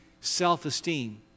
self-esteem